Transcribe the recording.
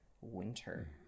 winter